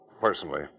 personally